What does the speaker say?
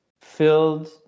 filled